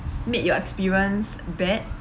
made your experience bad